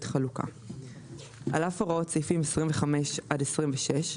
חלוקה 26ב. על אף הוראות סעיפים 25 עד 26,